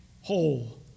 whole